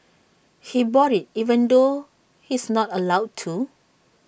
he bought IT even though he's not allowed to